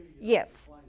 Yes